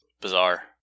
bizarre